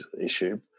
issue